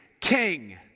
King